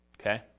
Okay